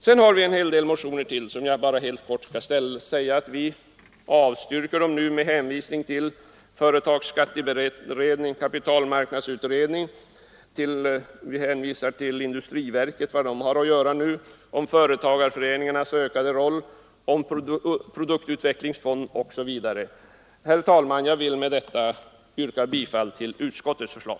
Det återstår en hel del motioner, om vilka jag bara vill säga att de avstyrks av utskottet med hänvisning till företagsskatteberedningen, kapitalmarknadsutredningen, det nu pågående arbetet inom industriverket, företagarföreningarnas ökade roll, produktutvecklingsfonden osv. Herr talman! Jag vill med det anförda yrka bifall till utskottets förslag.